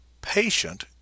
patient